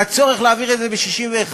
והצורך להעביר את זה ב-61,